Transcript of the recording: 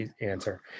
answer